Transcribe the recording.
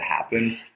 happen